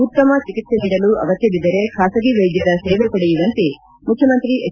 ಉತ್ತಮ ಚಿಕಿತ್ಸೆ ನೀಡಲು ಅಗತ್ಯ ಬಿದ್ದರೆ ಬಾಸಗಿ ವೈದ್ಯರ ಸೇವೆ ಪಡೆಯುವಂತೆ ಮುಖ್ಡಮಂತ್ರಿ ಎಚ್